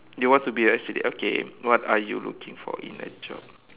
you want to be a S_C_D_F okay what are you looking for in a job